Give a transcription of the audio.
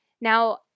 Now